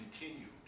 continued